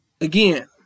again